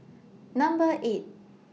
Number eight